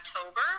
October